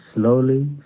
slowly